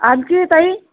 आणखी ताई